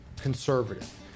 conservative